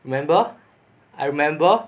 remember I remember